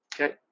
Okay